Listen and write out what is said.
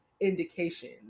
indication